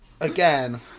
again